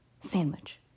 Sandwich